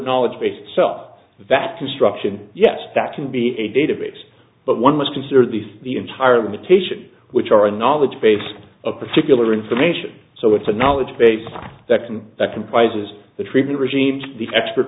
knowledge base itself that construction yes that can be a database but one must consider these the entire limitations which are a knowledge base of particular information so it's a knowledge base that some that comprises the treatment regimes the expert